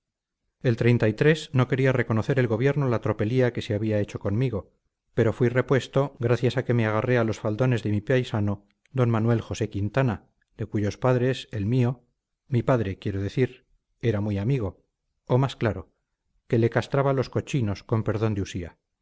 el no quería reconocer el gobierno la tropelía que se había hecho conmigo pero fui repuesto gracias a que me agarré a los faldones de mi paisano d manuel josé quintana de cuyos padres el mío mi padre quiero decir era muy amigo o más claro que le castraba los cochinos con perdón de usía